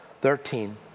Thirteen